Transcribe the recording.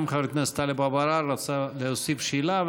גם חבר הכנסת טלב אבו עראר רצה להוסיף שאלה,